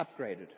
upgraded